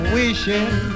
wishing